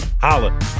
Holla